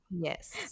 yes